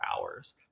hours